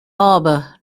harbour